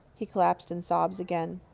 he collapsed in sobs again.